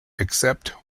except